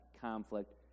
conflict